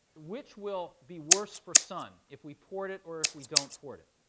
which will be worse for sun, if we port it or if we don't port it?